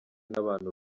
n’abantu